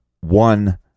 one